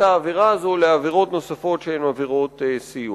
העבירה הזאת לעבירות נוספות שהן עבירות סיוע.